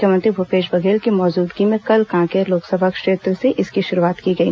मुख्यमंत्री भूपेश बघेल की मौजूदगी में कल कांकेर लोकसभा क्षेत्र से इसकी शुरूआत की गई